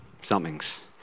Something's